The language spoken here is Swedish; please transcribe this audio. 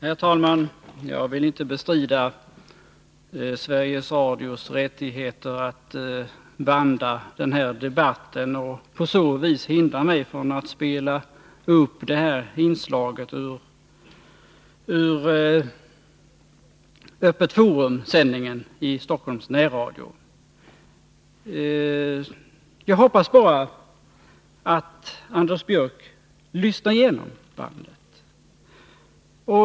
Herr talman! Jag vill inte bestrida Sveriges Radios rättighet att banda den här debatten och på så vis hindra mig från att spela upp nämnda inslag ur Öppet Forum-sändningen i Stockholms närradio. Jag hoppas bara att Anders Björck lyssnar igenom bandet.